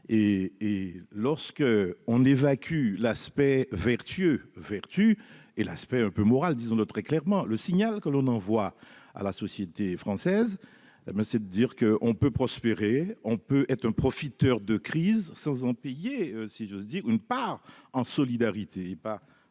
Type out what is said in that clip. et lorsque on évacue l'aspect vertueux vertu et l'aspect un peu morale disons de très clairement le signal qu'on envoie à la société française, ben, c'est de dire que on peut prospérer, on peut être un profiteur de crise sans en payer si j'ose dire, une part en solidarité et pas